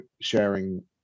sharing